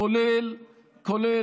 כולל,